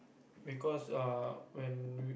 because uh when